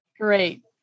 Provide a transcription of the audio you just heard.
Great